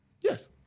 Yes